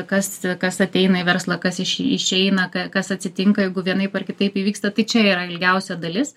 kas kas ateina į verslą kas iš išeina ka kas atsitinka jeigu vienaip ar kitaip įvyksta tai čia yra ilgiausia dalis